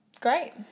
Great